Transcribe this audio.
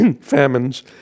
famines